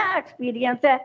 experience